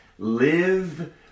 Live